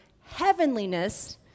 heavenliness